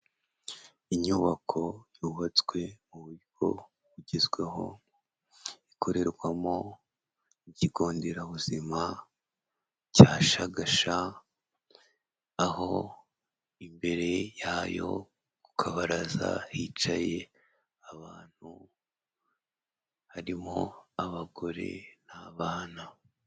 Inyubako yubatswe mu buryo bugezweho ikorerwamo ikigo nderabuzima cya Shagasha aho imbere yayo ku kabaraza hicaye abantu harimo abagore n'abana.